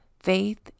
Faith